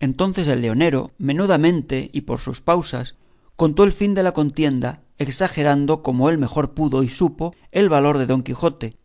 entonces el leonero menudamente y por sus pausas contó el fin de la contienda exagerando como él mejor pudo y supo el valor de don quijote